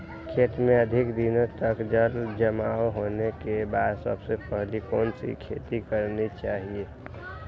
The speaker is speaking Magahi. खेत में अधिक दिनों तक जल जमाओ होने के बाद सबसे पहली कौन सी खेती करनी चाहिए?